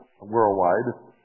worldwide